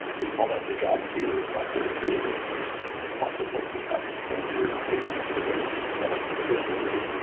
we call that the job queue. it's not very creative, but lots of places have fancier codenames for their setup. but basically,